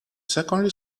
secondary